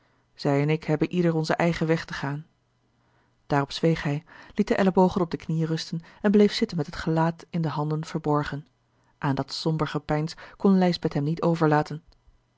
zij en ik hebben ieder onzen eigen weg te gaan daarop zweeg hij liet de ellebogen op de knieën rusten en bleef zitten met het gelaat in de handen verborgen aan dat somber gepeins kon lijsbeth hem niet overlaten